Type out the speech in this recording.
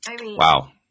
Wow